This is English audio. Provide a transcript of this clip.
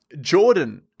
Jordan